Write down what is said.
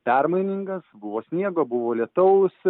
permainingas buvo sniego buvo lietaus